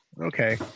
Okay